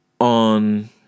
On